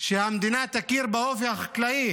שהמדינה תכיר באופי החקלאי